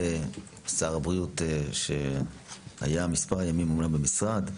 שר הבריאות שהיה מספר ימים אמנם במשרד,